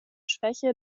schwäche